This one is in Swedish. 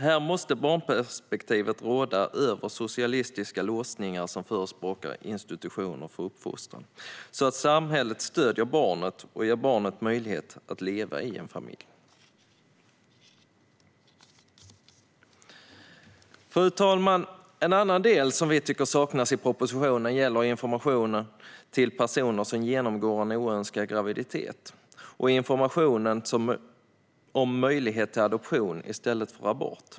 Här måste barnperspektivet råda över socialistiska låsningar som förespråkar institutioner för uppfostran, så att samhället stöder barnet och ger det möjlighet att leva i en familj. Fru talman! En annan del som vi tycker saknas i propositionen gäller information till personer som genomgår en oönskad graviditet och informationen om möjlighet till adoption i stället för abort.